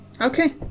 okay